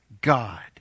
God